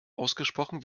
ausgesprochen